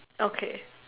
okay